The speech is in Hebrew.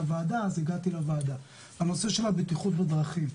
על בטיחות בדרכים,